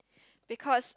because